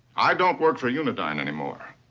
i don't work for unidyne anymore!